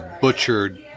butchered